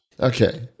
Okay